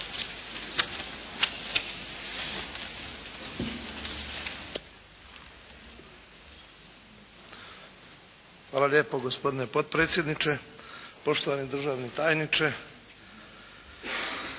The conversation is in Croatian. Hvala lijepo gospodine potpredsjedniče. Poštovani državni tajniče,